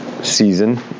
season